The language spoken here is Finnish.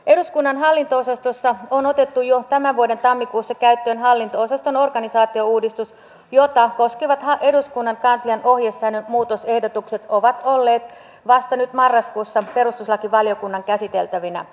eduskunnan hallinto osastossa on otettu jo tämän vuoden tammikuussa käyttöön hallinto osaston organisaatiouudistus jota koskevat eduskunnan kanslian ohjesäännön muutosehdotukset ovat olleet vasta nyt marraskuussa perustuslakivaliokunnan käsiteltävinä